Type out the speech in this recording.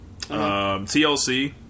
TLC